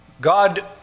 God